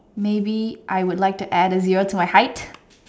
maybe I would like to add a zero to my height